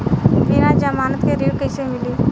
बिना जमानत के ऋण कैसे मिली?